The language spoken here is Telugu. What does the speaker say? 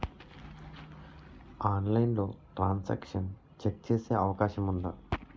ఆన్లైన్లో ట్రాన్ సాంక్షన్ చెక్ చేసే అవకాశం ఉందా?